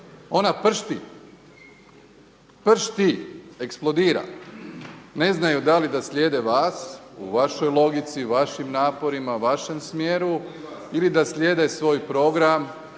ona pršti, pršti, eksplodira. Ne znaju da li da slijede vas u vašoj logici, u vašim naporima, vašem smjeru ili da slijede svoj program,